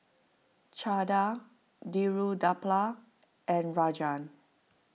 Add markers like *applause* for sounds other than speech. Chanda *unintelligible* and Rajan